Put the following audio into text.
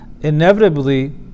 inevitably